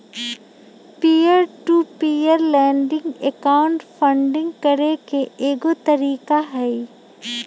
peer to peer lending crowd funding करे के एगो तरीका हई